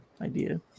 idea